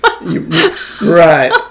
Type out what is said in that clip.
Right